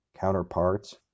counterparts